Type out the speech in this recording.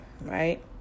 Right